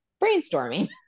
brainstorming